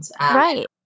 Right